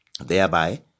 thereby